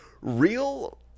real